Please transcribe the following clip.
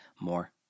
more